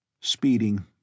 Speeding